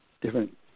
different